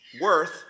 worth